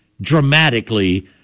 dramatically